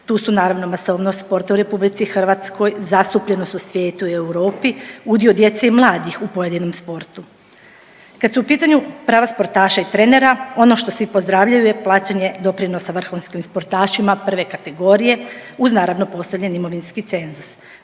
Tu su naravno masovnost sporta u RH, zastupljenost u svijetu i Europi, udio djece i mladih u pojedinom sportu. Kad su u pitanju prava sportaša i trenera ono što svi pozdravljaju je plaćanje doprinosa vrhunskim sportašima prve kategorije uz naravno postavljen imovinski cenzus.